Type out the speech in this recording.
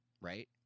Right